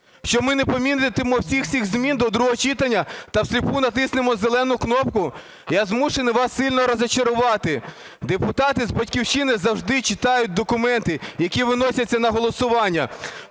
що ми не помітимо всіх цих змін до другого читання та всліпу натиснемо зелену кнопку? Я змушений вас сильно розчарувати: депутати з "Батьківщини" завжди читають документи, які виносяться на голосування.